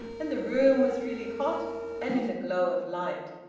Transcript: and the room was really hot and in a glow of light.